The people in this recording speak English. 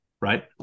right